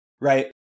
right